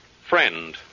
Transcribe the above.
Friend